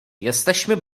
jesteśmy